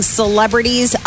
celebrities